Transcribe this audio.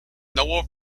nobel